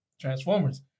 Transformers